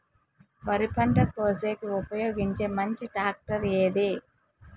వరి పంట కోసేకి ఉపయోగించే మంచి టాక్టర్ ఏది?